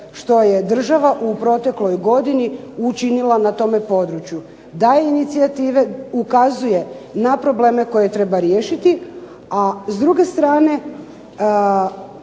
što je država u protekloj godini učinila na tome području, daje inicijative, ukazuje na probleme koje treba riješiti. A s druge strane,